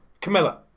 Camilla